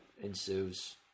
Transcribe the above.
ensues